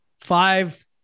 five